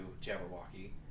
Jabberwocky